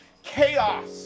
chaos